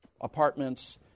apartments